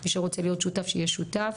מי שרוצה להיות שותף שיהיה שותף,